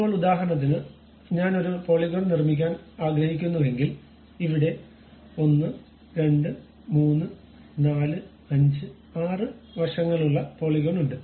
ഇപ്പോൾ ഉദാഹരണത്തിന് ഞാൻ ഒരു പോളിഗോൺ നിർമ്മിക്കാൻ ആഗ്രഹിക്കുന്നുവെങ്കിൽ ഇവിടെ 1 2 3 4 5 6 വശങ്ങളുള്ള പോളിഗോൺ ഉണ്ട്